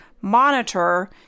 monitor